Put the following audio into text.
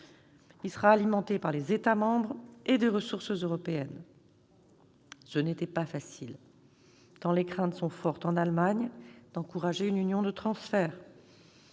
Il sera alimenté par les États membres et des ressources européennes. Il n'a pas été facile d'arriver à cet accord, tant les craintes sont fortes en Allemagne d'encourager une union de transfert.